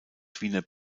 wiener